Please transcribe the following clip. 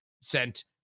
sent